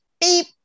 beep